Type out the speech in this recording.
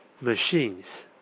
machines